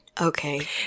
Okay